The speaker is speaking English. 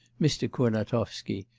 mr. kurnatovsky,